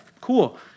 cool